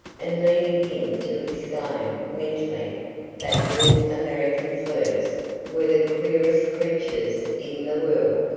and leaving him to exclaim mentally that little american flirts were the queerest creatures in the world.